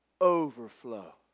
overflow